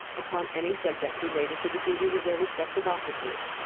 upon any subject relating to the duties of their respective offices,